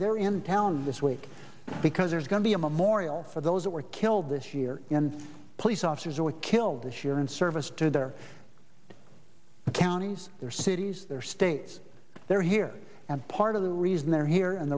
re in town this week because there's going to be a memorial for those that were killed this year and police officers who were killed this year in service to their counties their cities their states they are here and part of the reason they're here and